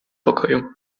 pokoju